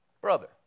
brother